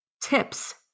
tips